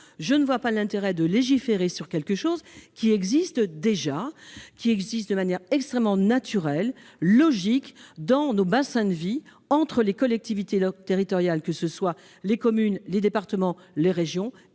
je ne vois pas l'intérêt de légiférer sur une pratique qui existe déjà de façon parfaitement naturelle et logique dans nos bassins de vie, entre les collectivités territoriales, que ce soient les communes, les départements ou les régions,